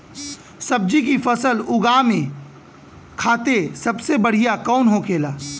सब्जी की फसल उगा में खाते सबसे बढ़ियां कौन होखेला?